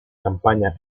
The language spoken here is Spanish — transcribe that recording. campaña